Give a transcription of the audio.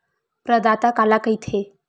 प्रदाता काला कइथे?